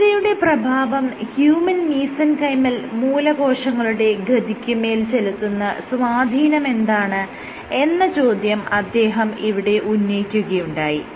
ദൃഢതയുടെ പ്രഭാവം human mesenchymal മൂലകോശങ്ങളുടെ ഗതിക്കുമേൽ ചെലുത്തുന്ന സ്വാധീനമെന്താണ് എന്ന ചോദ്യം അദ്ദേഹം ഇവിടെ ഉന്നയിക്കുകയുണ്ടായി